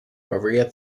maria